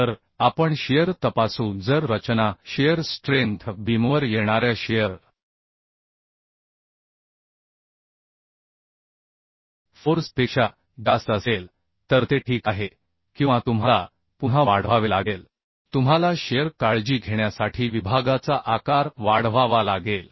तर आपण शिअर तपासू जर रचना शिअर स्ट्रेंथ बीमवर येणाऱ्या शिअर फोर्स पेक्षा जास्त असेल तर ते ठीक आहे किंवा तुम्हाला पुन्हा वाढवावे लागेल तुम्हाला शिअर काळजी घेण्यासाठी विभागाचा आकार वाढवावा लागेल